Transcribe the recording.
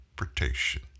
interpretation